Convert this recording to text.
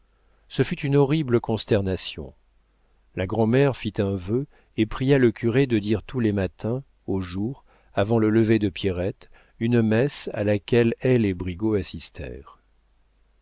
ce fut une horrible consternation la grand'mère fit un vœu et pria le curé de dire tous les matins au jour avant le lever de pierrette une messe à laquelle elle et